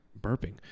burping